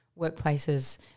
workplaces